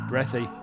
Breathy